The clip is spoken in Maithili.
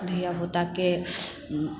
धिआपुताके